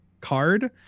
card